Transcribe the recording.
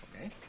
Okay